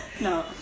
no